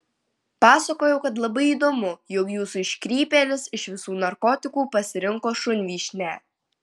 pasakojau kad labai įdomu jog jūsų iškrypėlis iš visų narkotikų pasirinko šunvyšnę